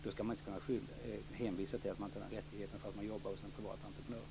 Då ska man inte kunna hänvisa till att man inte har den rättigheten därför att man jobbar hos en privat entreprenör.